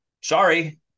Sorry